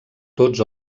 tots